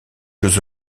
jeux